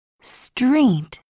Street